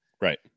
Right